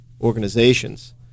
organizations